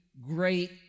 great